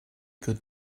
good